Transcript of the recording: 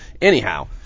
Anyhow